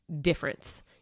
difference